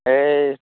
हए